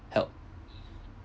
help